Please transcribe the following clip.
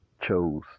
chose